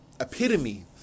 epitome